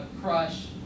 crush